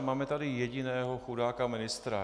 Máme tady jediného chudáka ministra.